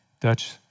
Dutch